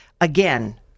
again